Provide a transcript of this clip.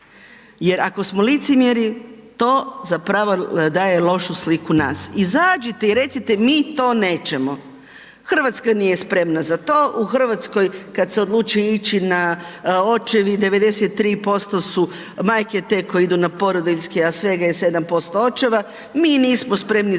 jer ako smo licemjeri to zapravo daje lošu sliku nas, izađite i recite mi to nećemo, Hrvatska nije spremna za to, u Hrvatskoj kad se odluči ići na očevid 93% su majke te koje idu na porodiljski, a svega je 75 očeva, mi nismo spremni za to,